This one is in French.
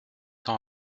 ans